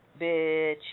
bitch